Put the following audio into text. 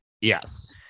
Yes